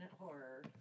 horror